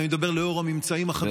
אני אומר לאור הממצאים החדשים.